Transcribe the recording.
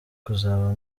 kuzaba